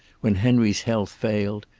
when henry's health failed,